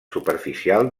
superficial